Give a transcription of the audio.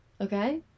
Okay